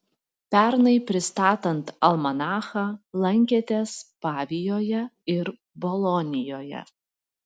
pernai pristatant almanachą lankėtės pavijoje ir bolonijoje